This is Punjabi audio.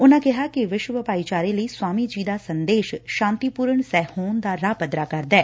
ਉਨੂਾ ਕਿਹਾ ਕਿੱ ਵਿਸ਼ਵ ਭਾਈਚਾਰੇ ਲਈ ਸਵਾਮੀ ਜੀਂ ਦਾ ਸੰਦੇਸ਼ ਸ਼ਾਤੀਪੁਰਨ ਸਹਿਹੋਂਦ ਦਾ ਰਾਹ ਪੱਧਰਾ ਕਰਦੈ